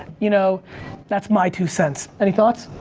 you know that's my two cents. any thoughts?